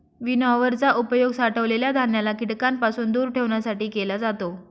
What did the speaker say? winnower चा उपयोग साठवलेल्या धान्याला कीटकांपासून दूर ठेवण्यासाठी केला जातो